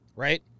right